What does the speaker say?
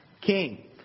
king